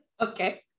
Okay